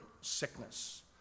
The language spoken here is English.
sickness